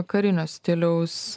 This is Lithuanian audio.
karinio stiliaus